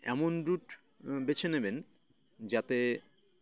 এমন রুট বেছে নেবেন যাতে